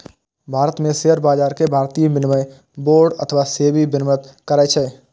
भारत मे शेयर बाजार कें भारतीय विनिमय बोर्ड अथवा सेबी विनियमित करै छै